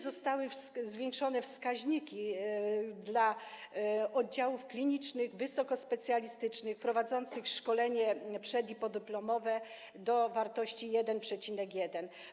Zostały zwiększone wskaźniki dla oddziałów klinicznych, wysokospecjalistycznych, prowadzących szkolenia przed- i podyplomowe - do wartości 1,1.